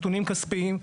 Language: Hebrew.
נתונים כספיים,